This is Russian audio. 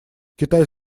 китай